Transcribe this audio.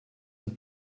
and